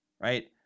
right